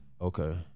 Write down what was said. Okay